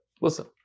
listen